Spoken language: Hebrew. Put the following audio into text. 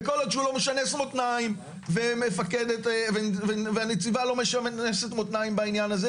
כל עוד שהוא לא משנס מותניים והנציבה לא משנסת מותניים בעניין הזה,